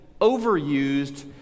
overused